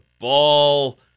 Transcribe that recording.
ball